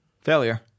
Failure